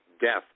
death